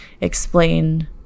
explain